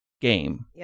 game